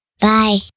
Bye